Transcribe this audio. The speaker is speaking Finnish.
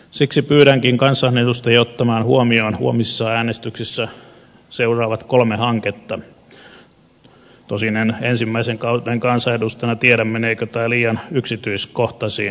siksi pyydänkin kansanedustajia ottamaan huomioon huomisessa äänestyksessä seuraavat kolme hanketta tosin en ensimmäisen kauden kansanedustajana tiedä meneekö tämä liian yksityiskohtaiseksi